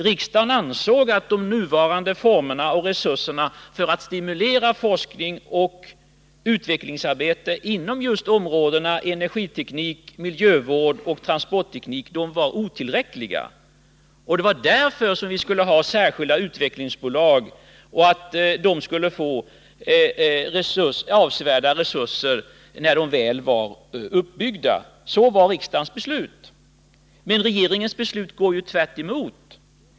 Riksdagen ansåg att de nuvarande formerna och resurserna för att stimulera forskning och utvecklingsarbete inom områdena energiteknik, miljövård och transportteknik var otillräckliga. Det var därför det skulle inrättas särskilda utvecklingsbolag, som skulle få avsevärda resurser när de väl var uppbyggda. Så var riksdagens beslut. Men regeringens beslut går tvärtemot riksdagens beslut.